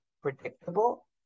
predictable